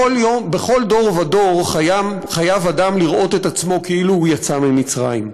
בכל דור ודור חייב אדם לראות את עצמו כאילו הוא יצא ממצרים.